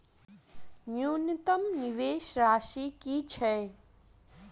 न्यूनतम निवेश राशि की छई?